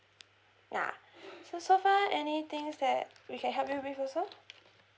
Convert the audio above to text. ah so so far any things that we can help you with also